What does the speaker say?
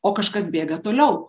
o kažkas bėga toliau